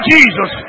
Jesus